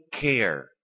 care